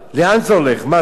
לאן זה הולך, מה זה?